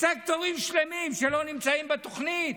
סקטורים שלמים שלא נמצאים בתוכנית.